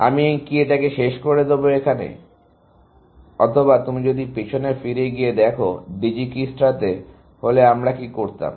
সুতরাং আমি কি এটাকে শেষ করে দেবো এখানে অথবা তুমি যদি পেছনে ফিরে গিয়ে দেখো ডিজিকিস্ট্রাতে হলে আমরা কি করতাম